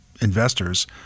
investors